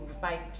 fight